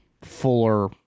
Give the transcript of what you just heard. Fuller